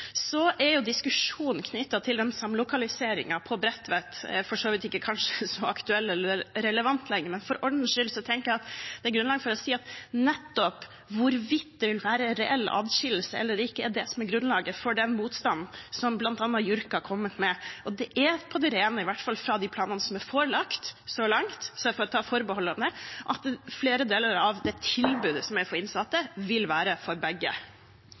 Diskusjonen knyttet til samlokaliseringen på Bredtvet er for så vidt kanskje ikke så aktuell eller relevant lenger, men for ordens skyld tenker jeg det er grunnlag for å si at nettopp hvorvidt det vil være reell adskillelse eller ikke, er grunnlaget for den motstanden som bl.a. JURK har kommet med, og det er på det rene – i hvert fall ut fra de planene som så langt er forelagt, jeg får ta forbehold om det – at flere deler av tilbudet for innsatte vil være for begge.